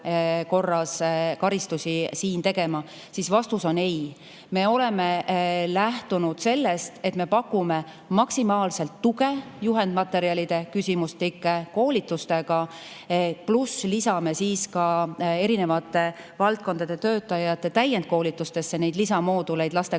korras karistusi [määrama], siis vastus on ei. Me oleme lähtunud sellest, et me pakume maksimaalselt tuge juhendmaterjalide, küsimustike, koolitustega, pluss lisame ka erinevate valdkondade töötajate täiendkoolitustesse lisamooduleid lastekaitsest.